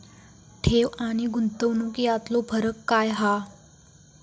ठेव आनी गुंतवणूक यातलो फरक काय हा?